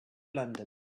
london